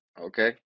okay